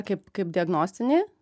kaip kaip diagnostinį